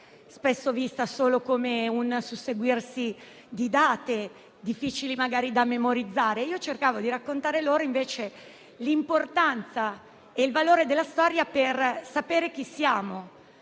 spesso vista solo come un susseguirsi di date, magari difficili da memorizzare. Io invece cercavo di raccontare loro l'importanza e il valore della storia per sapere chi siamo